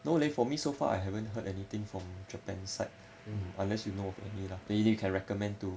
no leh for me so far I haven't heard anything from japan site unless you really can recommend to